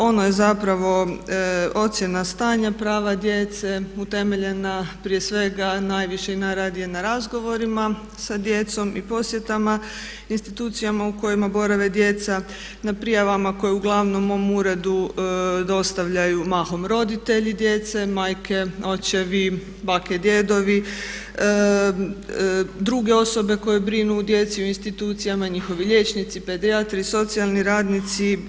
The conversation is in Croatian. Ono je zapravo ocjena stanja prava djece utemeljena prije svega najviše i najradije na razgovorima sa djecom i posjetama institucijama u kojima borave djeca, na prijavama koje uglavnom mom uredu dostavljaju mahom roditelji djece, majke, očevi, bake i djedovi, druge osobe koje brinu o djeci, o institucijama, njihovi liječnici, pedijatri, socijalni radnici.